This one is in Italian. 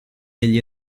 degli